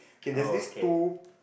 okay there's this two